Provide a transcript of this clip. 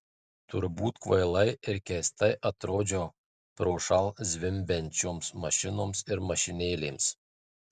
turbūt kvailai ir keistai atrodžiau prošal zvimbiančioms mašinoms ir mašinėlėms